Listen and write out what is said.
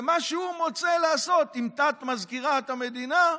ומה שהוא מוצא לעשות עם תת-מזכירת המדינה,